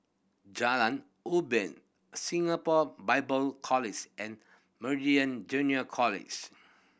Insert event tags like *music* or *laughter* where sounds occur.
Jalan Ubin Singapore Bible *unintelligible* and *unintelligible* Junior College